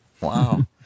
wow